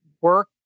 work